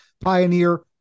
pioneer